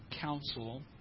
council